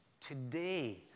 today